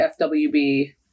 FWB